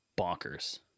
Bonkers